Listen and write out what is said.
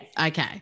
Okay